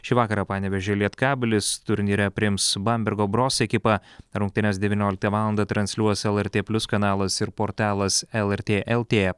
šį vakarą panevėžio lietkabelis turnyre priims bambergo brose ekipą rungtynes devynioliktą valandą transliuos lrt plius kanalas ir portalas lrt lt